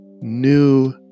new